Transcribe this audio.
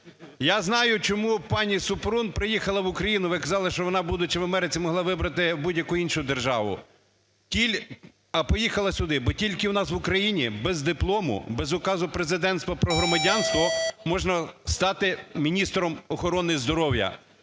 Я знаю, чому пані Супрун приїхала в Україну. Ви казала, що вона, будучи в Америці, могла вибрати будь-яку іншу державу, а поїхала сюди, бо тільки у нас в Україні без диплому, без указу Президента про громадянство, можна стати міністром охорони здоров'я.